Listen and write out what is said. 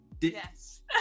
Yes